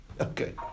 Okay